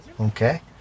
Okay